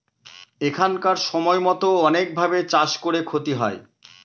এখানকার সময়তো অনেক ভাবে চাষ করে ক্ষতি হয়